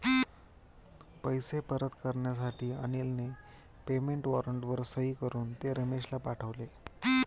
पैसे परत करण्यासाठी अनिलने पेमेंट वॉरंटवर सही करून ते रमेशला पाठवले